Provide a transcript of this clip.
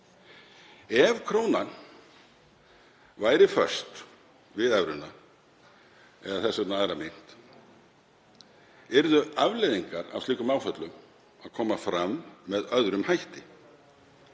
Ef krónan væri föst við evruna eða þess vegna aðra mynt yrðu afleiðingar af slíkum áföllum að koma fram með öðrum hætti.